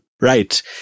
Right